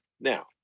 Now